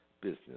business